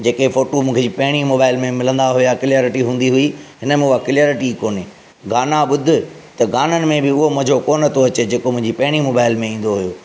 जेके फोटू मूंखे पहिरीं मोबाइल में मिलंदा हुआ क्लीअरीटी हूंदी हुई इनमें उहा क्लीअरीटी कोन्हे गाना ॿुधु गाननि मे बि उहो मज़ो कोन थो अचे जेको मुंहिंजी पहिरीं मोबाईल में ईंदो हुओ